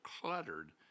cluttered